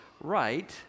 right